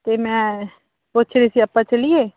ਅਤੇ ਮੈਂ ਪੁੱਛ ਰਹੀ ਸੀ ਆਪਾਂ ਚੱਲੀਏ